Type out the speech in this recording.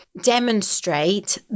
demonstrate